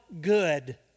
good